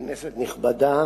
כנסת נכבדה,